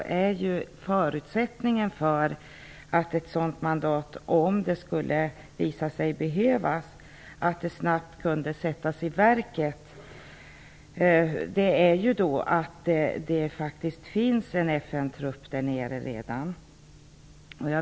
Men en förutsättning för att ett sådant mandat snabbt kan sättas i verket, om det skulle visa sig att det behövs, är att det faktiskt finns en FN-trupp där nere redan.